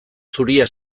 zuria